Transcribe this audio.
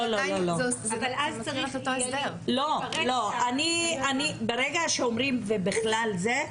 לא, לא, ברגע שאומרים "ובכלל זה"